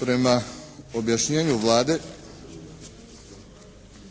Prema objašnjenju Vlade,